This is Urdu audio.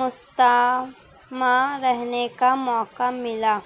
مستعملہ رہنے کا موقع ملا